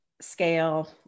scale